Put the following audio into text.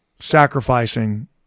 sacrificing